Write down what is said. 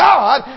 God